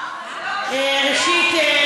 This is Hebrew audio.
ראשית,